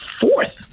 fourth